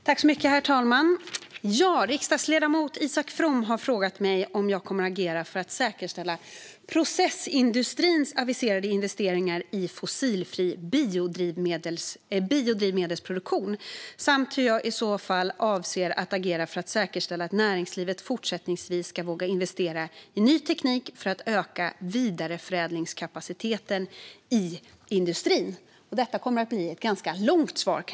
Herr talman! Riksdagsledamoten Isak From har frågat mig om jag kommer att agera för att säkerställa processindustrins aviserade investeringar i fossilfri biodrivmedelsproduktion samt hur jag i så fall avser att agera för att säkerställa att näringslivet fortsättningsvis ska våga investera i ny teknik för att öka vidareförädlingskapaciteten i industrin. Jag kan redan nu säga att detta kommer att bli ett ganska långt svar.